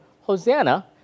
Hosanna